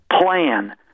plan